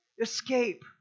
Escape